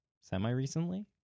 semi-recently